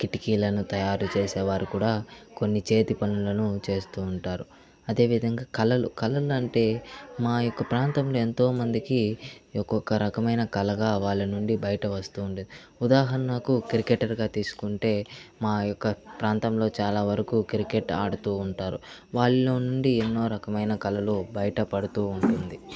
కిటికీలను తయారు చేసేవారు కూడా కొన్ని చేతి పనులను చేస్తూ ఉంటారు అదే విధంగా కళలు కళలు అంటే మా యొక్క ప్రాంతం ఎంతో మందికి ఒకొక్కరకమైన కళగా వాళ్ళ నుండి బయట వస్తుంది ఉదాహరణకు క్రికెటర్గా తీసుకుంటే మా యొక్క ప్రాంతంలో చాలా వరకూ క్రికెట్ ఆడుతూ ఉంటారు వాళ్ళ నుండి ఎన్నో రకమైన కళలు బయట పడుతూ ఉంటుంది